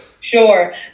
Sure